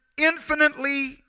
infinitely